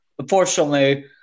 Unfortunately